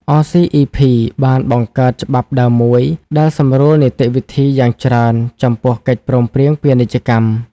អ សុី អុី ភី(RCEP) បានបង្កើត ច្បាប់ដើមមួយ ដែលសម្រួលនីតិវិធីយ៉ាងច្រើនចំពោះកិច្ចព្រមព្រៀងពាណិជ្ជកម្ម។